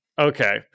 Okay